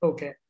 Okay